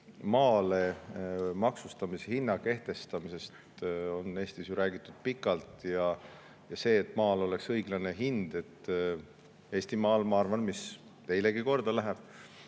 maa maksustamishinna kehtestamisest on Eestis räägitud pikalt. Ja selles, et maal oleks õiglane hind, et Eestimaal, mis, ma arvan, teilegi korda läheb,